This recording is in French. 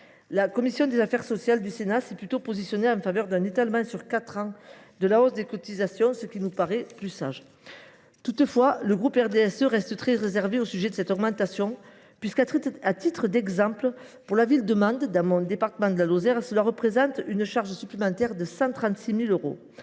La commission des affaires sociales du Sénat s’est prononcée en faveur d’un étalement sur quatre ans de la hausse des cotisations, ce qui nous paraît plus sage. Toutefois, le groupe RDSE reste très réservé au sujet de cette augmentation, qui, à titre d’exemple, représenterait pour la ville de Mende, dans le département de la Lozère, une charge supplémentaire de 136 000 euros.